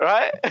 Right